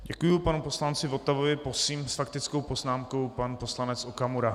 Děkuji panu poslanci Votavy, prosím s faktickou poznámkou pan poslanec Okamura.